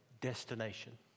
destination